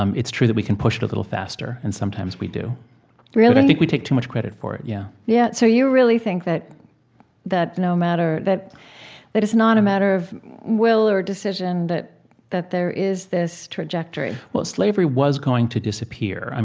um it's true that we can push it a little faster, and sometimes we do really? i think we take too much credit for it. yeah yeah. so you really think that that no matter that that it's not a matter of will or decision, but that there is this trajectory? well, slavery was going to disappear.